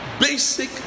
basic